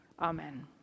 Amen